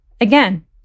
again